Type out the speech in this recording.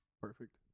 perfect